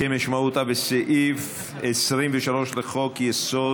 כמשמעותה בסעיף 23 לחוק-יסוד: